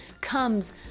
comes